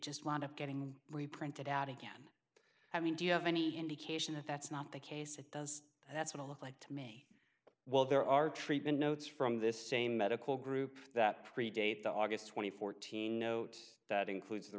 just wind up getting reprinted out again i mean do you have any indication if that's not the case it does that's what it looked like to me while there are treatment notes from this same medical group that predate the august twenty fourth teen note that includes the